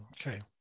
Okay